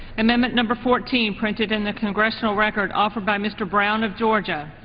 amendment number fourteen printed in the congressional record offered by mr. broun of georgia.